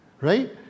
right